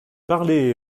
parlez